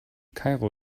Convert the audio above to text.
kairo